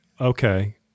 okay